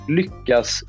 lyckas